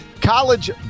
College